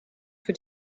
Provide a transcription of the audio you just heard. für